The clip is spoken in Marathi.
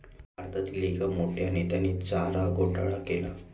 भारतातील एक मोठ्या नेत्याने चारा घोटाळा केला